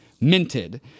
minted